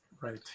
right